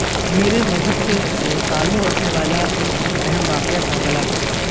میرے مذہب سے تعلق رکھنے والا ایک بہت اہم واقعہ کربلا کا ہے